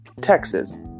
Texas